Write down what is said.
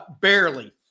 barely